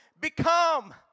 become